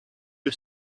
you